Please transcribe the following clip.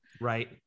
Right